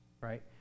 Right